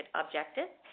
objectives